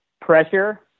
pressure